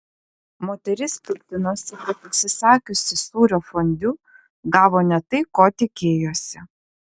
moteris piktinosi kad užsisakiusi sūrio fondiu gavo ne tai ko tikėjosi